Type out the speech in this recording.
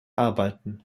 arbeiten